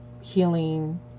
healing